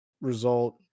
result